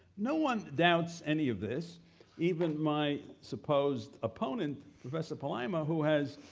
no one doubts any of this even my supposed opponent, professor palaima, who has